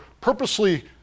purposely